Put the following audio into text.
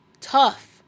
tough